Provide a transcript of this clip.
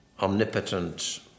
omnipotent